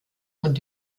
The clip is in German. und